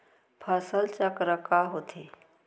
फसल चक्र का होथे?